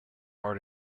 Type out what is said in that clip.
art